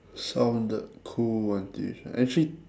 sounded cool until you tri~ actually